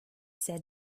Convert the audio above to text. said